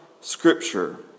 Scripture